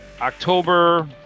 october